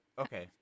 okay